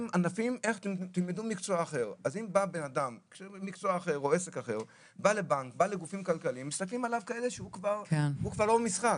אם בא אדם לבנק מסתכלים עליו כאילו הוא כבר לא במשחק.